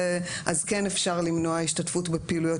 אז כן אפשר למנוע השתתפות בפעילויות.